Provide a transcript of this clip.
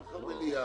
יש מחר מליאה,